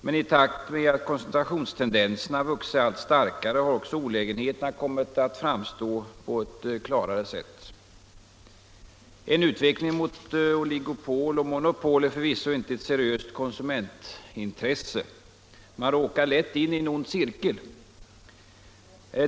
Men i takt med att koncentrationstendenserna vuxit sig allt starkare har också olägenheterna kommit att framstå på ett klarare sätt. En utveckling mot oligopol och monopol är förvisso inte ett seriöst konsumentintresse. Man råkar lätt in i en ond cirkel.